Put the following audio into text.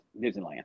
Disneyland